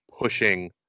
pushing